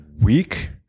week